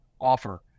offer